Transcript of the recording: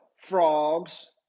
frogs